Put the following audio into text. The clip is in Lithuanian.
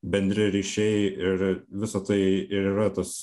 bendri ryšiai ir visa tai ir yra tas